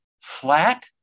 flat